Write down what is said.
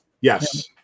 Yes